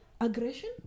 aggression